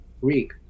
greek